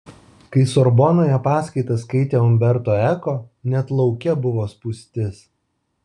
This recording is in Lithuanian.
kai sorbonoje paskaitas skaitė umberto eko net lauke buvo spūstis